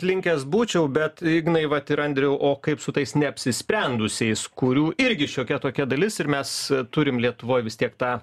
linkęs būčiau bet ignai vat ir andriau o kaip su tais neapsisprendusiais kurių irgi šiokia tokia dalis ir mes turim lietuvoj vis tiek tą